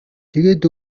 тэгээд